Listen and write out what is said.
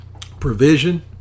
provision